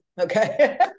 Okay